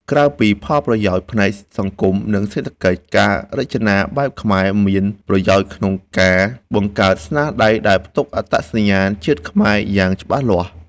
ក្រៅពីផលប្រយោជន៍ផ្នែកសង្គម និងសេដ្ឋកិច្ច ការរចនាបែបខ្មែរមានប្រយោជន៍ក្នុងការបង្កើតស្នាដៃដែលផ្ទុកអត្តសញ្ញាណជាតិខ្មែរយ៉ាងច្បាស់លាស់។